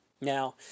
Now